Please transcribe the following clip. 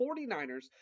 49ers